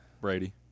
Brady